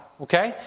Okay